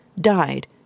died